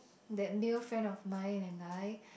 that male friend of mine and I